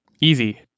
Easy